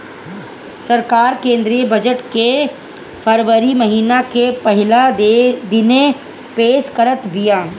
सरकार केंद्रीय बजट के फरवरी महिना के पहिला दिने पेश करत बिया